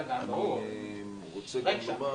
אני רוצה גם לומר,